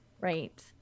Right